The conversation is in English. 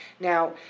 Now